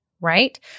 right